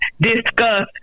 discuss